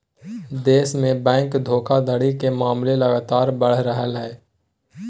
देश में बैंक धोखाधड़ी के मामले लगातार बढ़ रहलय